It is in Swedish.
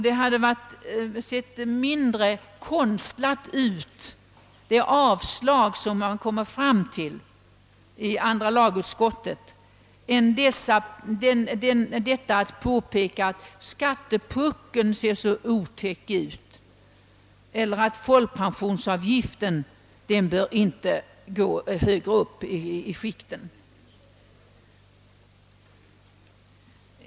Det avslag som man nu inom andra lagutskottet kommer fram till hade sett mindre konstigt ut än påpekandet att skattepuckeln ser otäck ut eller att folkpensionsavgiften inte bör gå högre upp i skikten.